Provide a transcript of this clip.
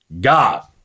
God